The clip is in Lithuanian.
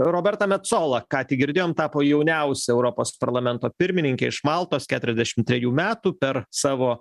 roberta metsola ką tik girdėjom tapo jauniausia europos parlamento pirmininkė iš maltos keturiasdešim trejų metų per savo